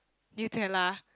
Nutella